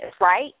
right